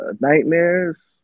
nightmares